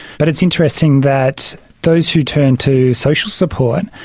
but it's interesting that those who turn to social support,